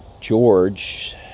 George